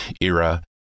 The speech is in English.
era